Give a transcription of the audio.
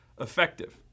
effective